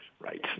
Right